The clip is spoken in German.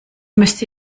müsste